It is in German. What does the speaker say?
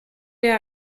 der